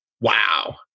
Wow